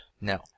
No